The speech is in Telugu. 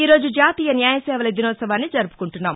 ఈ రోజు జాతీయ న్యాయసేవల దినోత్సవాన్ని జరుపుకుంటున్నాం